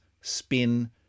spin